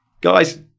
Guys